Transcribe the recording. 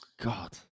God